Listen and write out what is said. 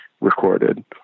recorded